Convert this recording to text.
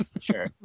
sure